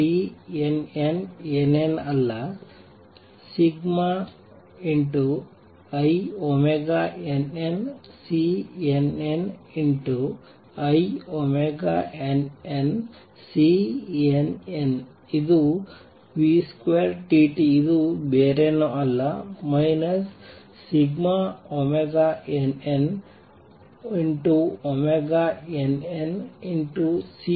v2tnn ಏನಲ್ಲ ∑innCnninnCnn ಇದು vtt2 ಇದು ಬೇರೇನಲ್ಲ ∑nnnn|Cnn |2